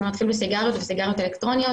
זה מתחיל בסיגריות וסיגריות אלקטרוניות,